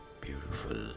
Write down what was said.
beautiful